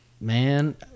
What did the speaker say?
man